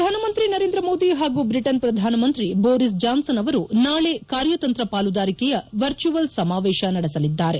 ಪ್ರಧಾನಮಂತ್ರಿ ನರೇಂದ್ರ ಮೋದಿ ಹಾಗೂ ಬ್ರಿಟನ್ ಪ್ರಧಾನಮಂತ್ರಿ ಬೋರಿಸ್ ಜಾನ್ಲನ್ ಅವರು ನಾಳೆ ಕಾರ್ಯತಂತ್ರ ಪಾಲುದಾರಿಕೆಯ ವರ್ಚುವಲ್ ಸಮಾವೇಶ ನಡೆಸಲಿದ್ದಾರೆ